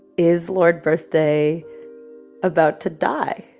is lord birthday about to die?